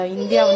India